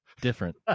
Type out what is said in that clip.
Different